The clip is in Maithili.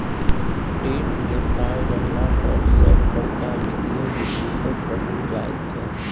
टेट मे पाय रहला पर सभ बड़का वित्तीय विश्लेषक बनि जाइत छै